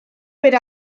per